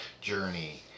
journey